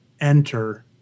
enter